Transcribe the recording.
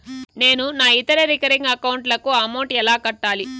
నేను నా ఇతర రికరింగ్ అకౌంట్ లకు అమౌంట్ ఎలా కట్టాలి?